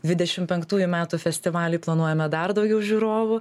dvidešim penktųjų metų festivalį planuojame dar daugiau žiūrovų